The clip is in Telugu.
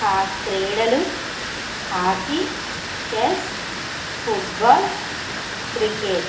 ఆ క్రీడలు హాకీ చెస్ ఫుట్బాల్ క్రికెట్